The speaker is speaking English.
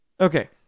Okay